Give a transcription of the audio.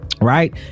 Right